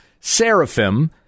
Seraphim